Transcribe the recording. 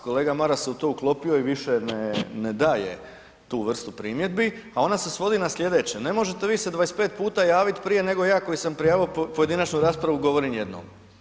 Kolega Maras se u to uklopio i više ne daje tu vrstu primjedbi, a ona se svodi na sljedeće, ne možete vi sada 25 puta javiti prije nego ja koji sam prijavio pojedinačnu raspravu govorim jednom.